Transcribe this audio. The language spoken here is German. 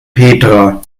petra